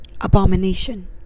abomination